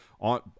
on